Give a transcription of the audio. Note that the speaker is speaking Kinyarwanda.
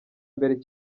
mbere